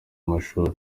amashuri